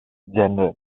genre